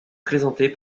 présentée